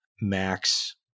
MAX